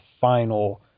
final